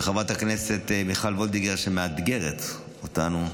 חברת הכנסת מיכל וולדיגר מאתגרת אותנו,